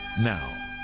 now